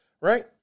Right